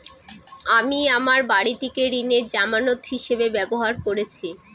আমি আমার বাড়িটিকে ঋণের জামানত হিসাবে ব্যবহার করেছি